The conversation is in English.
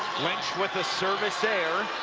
lynch with the service error,